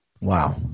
Wow